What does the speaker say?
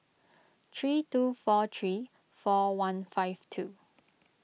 three two four three four one five two